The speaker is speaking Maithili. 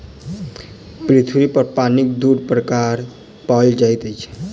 पृथ्वी पर पानिक दू प्रकार पाओल जाइत अछि